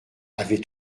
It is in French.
avait